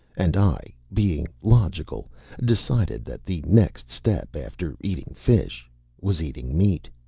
and i, being logical, decided that the next step after eating fish was eating meat.